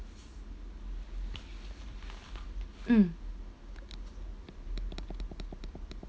mm